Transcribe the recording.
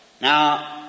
Now